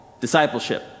discipleship